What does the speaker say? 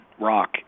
rock